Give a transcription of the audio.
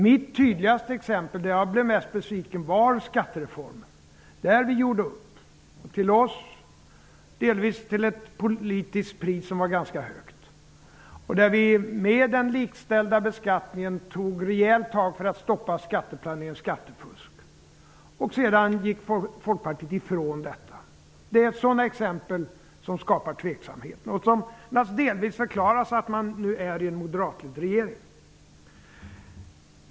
Mitt tydligaste exempel -- det fall då jag blev mest besviken -- var skattereformen, där vi gjorde upp till ett politiskt pris som var ganska högt för oss. Med den likställda beskattningen tog vi ett rejält tag för att stoppa skatteplanering och skattefusk. Sedan gick Folkpartiet ifrån uppgörelsen. Sådana exempel skapar tveksamhet. Delvis kan det förklaras med att Folkpartiet sitter i en moderatledd regering.